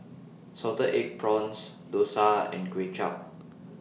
Salted Egg Prawns Dosa and Kuay Chap